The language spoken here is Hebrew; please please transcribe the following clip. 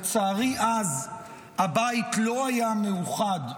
לצערי, אז הבית לא היה מאוחד,